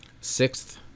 sixth